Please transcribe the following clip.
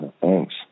Thanks